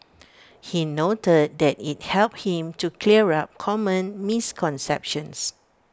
he noted that IT helped him to clear up common misconceptions